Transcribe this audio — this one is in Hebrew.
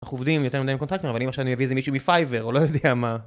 אנחנו עובדים יותר מדי עם קונטרקטים אבל אם עכשיו אני אביא זה מישהו מפייבר או לא יודע מה